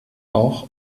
auch